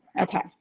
Okay